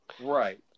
Right